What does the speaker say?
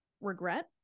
regret